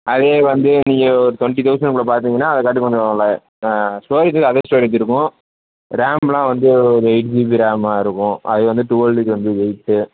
அதே வந்து நீங்கள் ஒரு ட்வெண்ட்டி தௌசண்ட்குள்ளெ பார்த்தீங்கன்னா அதுக்காட்டி கொஞ்சம் ல ஸ்டோரேஜு அதே ஸ்டோரேஜு இருக்கும் ரேம்லாம் வந்து ஒரு எய்ட் ஜிபி ரேமாக இருக்கும் அது வந்து டுவலுக்கு வந்து எய்ட்டு